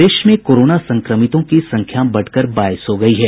प्रदेश में कोरोना संक्रमितों की संख्या बढ़कर बाईस हो गयी है